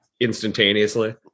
instantaneously